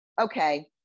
okay